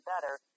better